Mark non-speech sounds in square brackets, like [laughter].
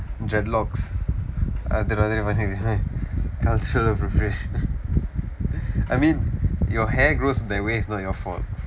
dreadlocks அது மாதிரி:athu maathiri [laughs] cultural appropriation I mean your hair grows that way it's not your fault